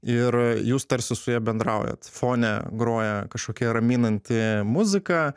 ir jūs tarsi su ja bendraujat fone groja kažkokia raminanti muzika